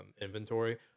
inventory